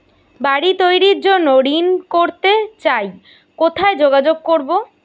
বাড়ি তৈরির জন্য ঋণ করতে চাই কোথায় যোগাযোগ করবো?